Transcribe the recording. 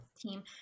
team